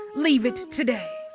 leave it today,